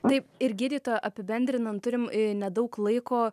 taip ir gydytoja apibendrinam turim nedaug laiko